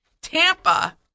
Tampa